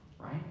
Right